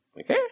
Okay